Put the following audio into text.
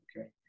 Okay